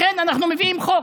לכן אנחנו מביאים חוק,